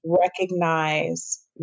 recognize